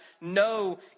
no